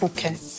Okay